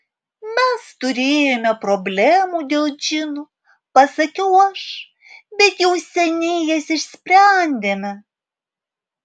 mes turėjome problemų dėl džinų pasakiau aš bet jau seniai jas išsprendėme